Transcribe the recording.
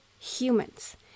humans